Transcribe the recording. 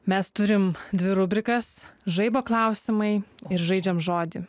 mes turim dvi rubrikas žaibo klausimai ir žaidžiam žodį